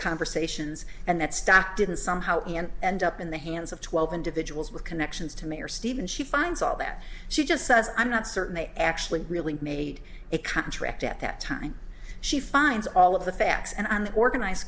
conversations and that stock didn't somehow and end up in the hands of twelve individuals with connections to mayor stephen she finds all that she just says i'm not certain they actually really made a contract at that time she finds all of the facts and an organized